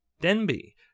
Denby